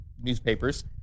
newspapers